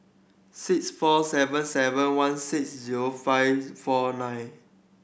six four seven seven one six zero five four nine